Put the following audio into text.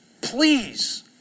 Please